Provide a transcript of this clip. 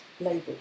label